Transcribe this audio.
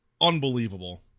unbelievable